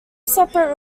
separate